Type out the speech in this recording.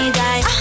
die